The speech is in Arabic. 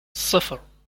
صفر